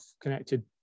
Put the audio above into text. connected